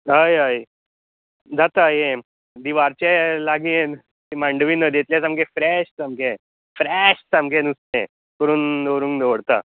हय हय जाता ह्यें दिवारचें लागीं मांडवी नदयेंतलें सामकें फ्रॅश सामकें फ्रॅश सामकें नुस्तें करून दवरूंक दवरता